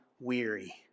weary